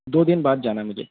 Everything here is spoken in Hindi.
दो दिन बाद जाना है मुझे